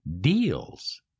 deals